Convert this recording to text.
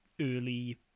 early